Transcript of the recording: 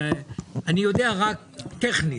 אני רק יודע טכנית.